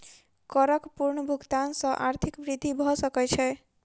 करक पूर्ण भुगतान सॅ आर्थिक वृद्धि भ सकै छै